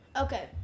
Okay